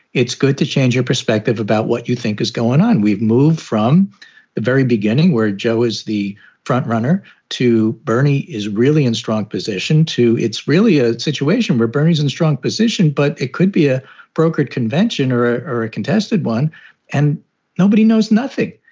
it's good to change your perspective about what you think is going on. we've moved from the very beginning where joe is the frontrunner to bernie is really in strong position to it's really a situation where bernie is in a and strong position, but it could be a brokered convention or a or a contested one and nobody knows nothing.